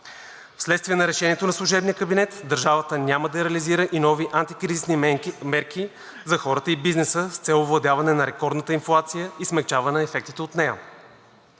Вследствие на решението на служебния кабинет държавата няма да реализира и нови антикризисни мерки за хората и бизнеса с цел овладяване на рекордната инфлация и смекчаване ефектите от нея.